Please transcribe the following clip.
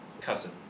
cousin